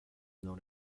known